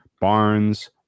Barnes